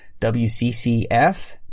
WCCF